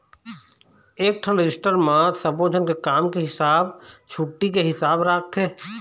एकठन रजिस्टर म सब्बो झन के काम के हिसाब, छुट्टी के हिसाब राखथे